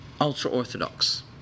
Ultra-Orthodox